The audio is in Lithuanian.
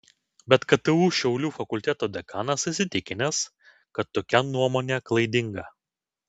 bet ktu šiaulių fakulteto dekanas įsitikinęs kad tokia nuomonė klaidinga